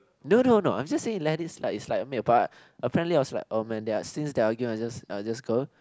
no no no I'm just saying let it slide it's like make a part uh apparently I was like oh man there are since there are argument I'll just I'll just go